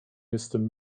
jestem